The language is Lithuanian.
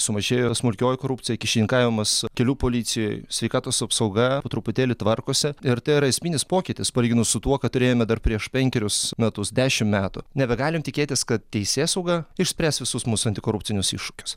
sumažėjo smulkioji korupcija kyšininkavimas kelių policijoj sveikatos apsauga truputėlį tvarkosi ir tai yra esminis pokytis palyginus su tuo ką turėjome dar prieš penkerius metus dešimt metų nebegalim tikėtis kad teisėsauga išspręs visus musų antikorupcinius iššūkius